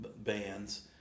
bands